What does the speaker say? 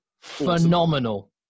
phenomenal